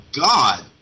God